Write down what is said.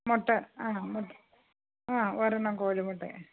മുട്ട ആ മുട്ട ആ ഒരെണ്ണം കോഴിമുട്ടയാണ്